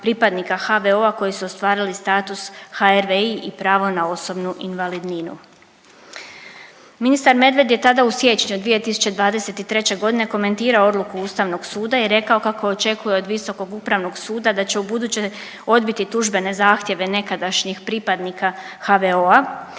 pripadnika HVO-a koji su ostvarili status HRVI i pravo na osobnu invalidninu. Ministar Medved je tada u siječnju 2023.g. komentirao odluku Ustavnog suda i rekao kako očekuje od Visokog upravnog suda da će ubuduće odbiti tužbene zahtjeve nekadašnjih pripadnika HVO-a.